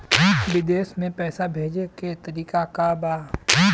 विदेश में पैसा भेजे के तरीका का बा?